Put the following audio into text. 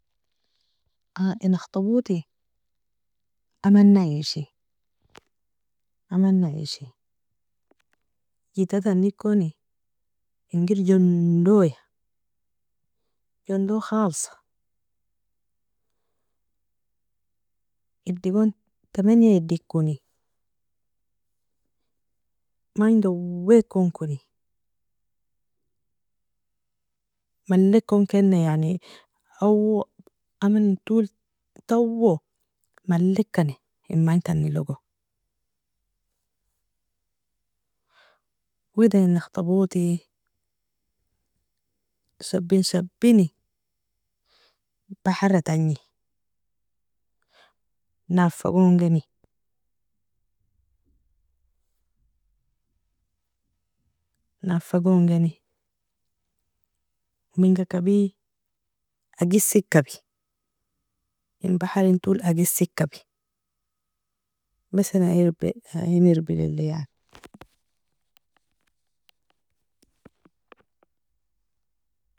In akhtaboti, amana ishi amana ishi, jittatani koni inger jondoia, jondo khalsa, edigon تمنية edig koni, magn dawe kon koni, mali kon ken nei yani awo amanin tol tawo malika nei, in magn tani logo, wida in akhtaboti, shabin shabini bahara tagni, nafa gon geni nafa gon geni, minga kabi? Agisi kabi, in baharin tol agisi kabi, bas ayin irbirili yani.